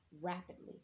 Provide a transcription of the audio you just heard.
rapidly